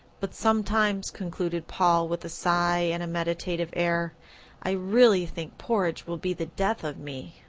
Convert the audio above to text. but sometimes, concluded paul with a sigh and a meditative air i really think porridge will be the death of me.